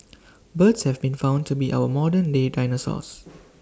birds have been found to be our modern day dinosaurs